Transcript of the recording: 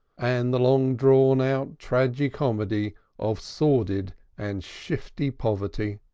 and the long-drawn-out tragi-comedy of sordid and shifty poverty.